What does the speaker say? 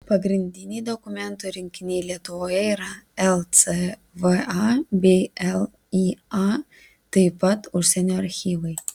pagrindiniai dokumentų rinkiniai lietuvoje yra lcva bei lya taip pat užsienio archyvai